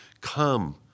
come